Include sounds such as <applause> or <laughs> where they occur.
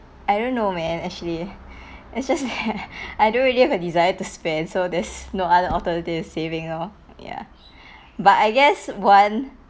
I don't know man actually it's just <laughs> I don't really have a desire to spend so there's no other alternative saving loh ya but I guess one